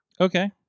Okay